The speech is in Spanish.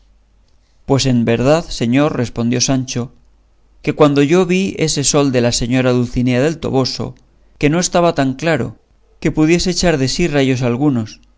pues en verdad señor respondió sancho que cuando yo vi ese sol de la señora dulcinea del toboso que no estaba tan claro que pudiese echar de sí rayos algunos